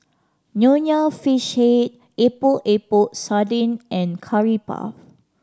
Nonya Fish Head Epok Epok Sardin and Curry Puff